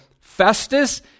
Festus